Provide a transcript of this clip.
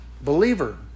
believer